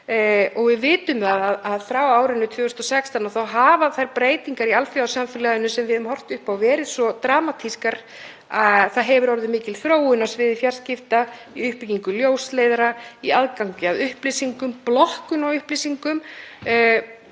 Við vitum að frá árinu 2016 hafa þær breytingar í alþjóðasamfélaginu sem við höfum horft upp á verið dramatískar. Mikil þróun hefur orðið á sviði fjarskipta, í uppbyggingu ljósleiðara, í aðgangi að upplýsingum, blokkun á upplýsingum.